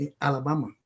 Alabama